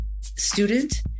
student